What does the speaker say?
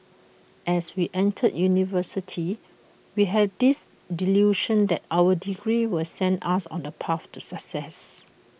as we enter university we have this delusion that our degree will send us on the path to success